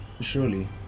Surely